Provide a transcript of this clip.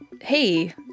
Hey